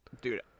Dude